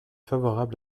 favorable